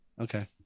Okay